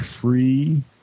free